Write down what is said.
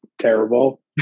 terrible